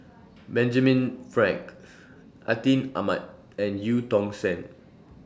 Benjamin Frank Atin Amat and EU Tong Sen